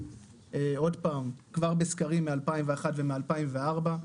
כבר מסקרים ב-2001 וב-2004.